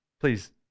please